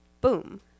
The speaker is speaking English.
Boom